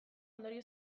ondorio